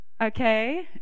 okay